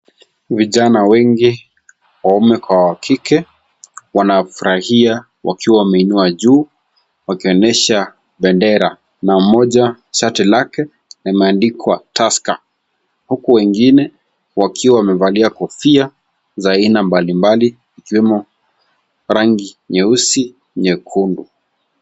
Vijana wengi waueme kwa wakike wanafurahia wakiwa wameinua juu wakionyesha bendera na mmoja shati lake limeandikwa tusker. Huku wengine wakiwa wamevalia kofia za ina mbalimbali yumo rangi nyeusi nyekundu.